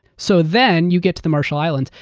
so then, you get to the marshall islands.